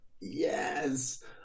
Yes